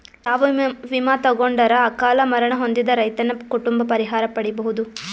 ಯಾವ ವಿಮಾ ತೊಗೊಂಡರ ಅಕಾಲ ಮರಣ ಹೊಂದಿದ ರೈತನ ಕುಟುಂಬ ಪರಿಹಾರ ಪಡಿಬಹುದು?